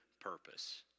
purpose